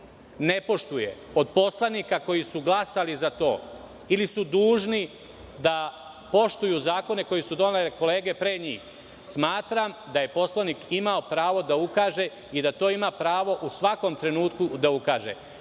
ne poštuje od poslanika koji su glasali za to, ili su dužni da poštuju zakone koje su donele kolege pred njih, smatram da je poslanik imao pravo da ukaže i da to ima pravo u svakom trenutku da ukaže. Ako